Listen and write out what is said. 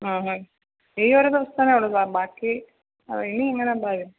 ആ ഹ ഈ ഒരു ദിവസത്തേനെ ഉള്ളു സർ ബാക്കി ഇനി ഇങ്ങനെ ഉണ്ടാവില്ല